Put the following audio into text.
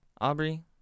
Aubrey